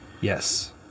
Yes